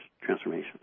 transformation